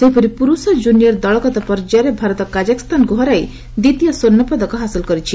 ସେହିପରି ପୁରୁଷ ଜୁନିୟର ଦଳଗତ ପର୍ଯ୍ୟାୟରେ ଭାରତ କାଜାକସ୍ଥାନକୁ ହରାଇ ଦ୍ୱିତୀୟ ସ୍ୱର୍ଣ୍ଣପଦକ ହାସଲ କରିଛି